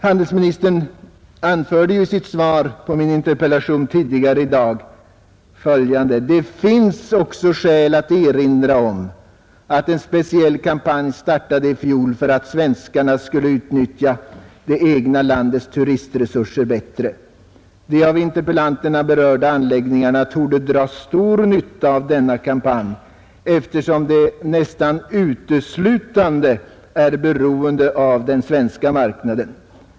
Handelsministern anförde tidigare i dag i sitt svar på min interpellation: ”Det finns också skäl att erinra om att en speciell kampanj startade i fjol för att svenskarna skall utnyttja det egna landets turistresurser bättre. De av interpellanterna berörda anläggningarna torde dra stor nytta av denna kampanj, eftersom de nästan uteslutande är beroende av den svenska marknaden.